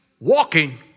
walking